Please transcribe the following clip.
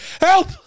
Help